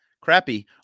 crappy